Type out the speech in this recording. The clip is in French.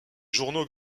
journaux